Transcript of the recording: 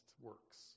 works